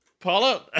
Paula